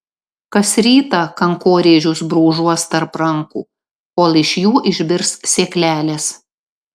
kas rytą kankorėžius brūžuos tarp rankų kol iš jų išbirs sėklelės